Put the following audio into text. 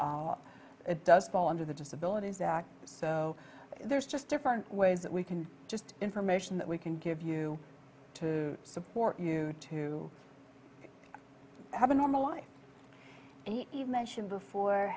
and it does fall under the disabilities act so there's just different ways that we can just information that we can give you to support you to have a normal life and he mentioned before